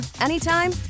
anytime